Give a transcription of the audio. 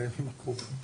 בימים הקרובים.